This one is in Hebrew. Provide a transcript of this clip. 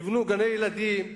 יבנו גני-ילדים,